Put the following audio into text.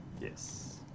Yes